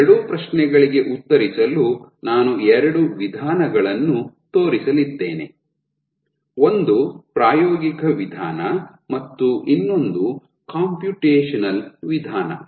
ಈ ಎರಡು ಪ್ರಶ್ನೆಗಳಿಗೆ ಉತ್ತರಿಸಲು ನಾನು ಎರಡು ವಿಧಾನಗಳನ್ನು ತೋರಿಸಲಿದ್ದೇನೆ ಒಂದು ಪ್ರಾಯೋಗಿಕ ವಿಧಾನ ಮತ್ತು ಇನ್ನೊಂದು ಕಂಪ್ಯೂಟೇಶನಲ್ ವಿಧಾನ